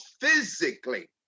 physically